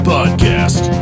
Podcast